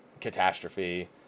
Catastrophe